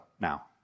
now